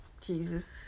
Jesus